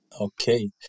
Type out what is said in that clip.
Okay